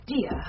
dear